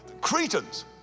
Cretans